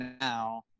now